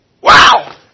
wow